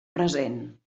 present